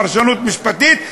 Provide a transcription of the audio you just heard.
פרשנות משפטית,